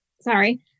Sorry